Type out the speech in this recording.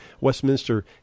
Westminster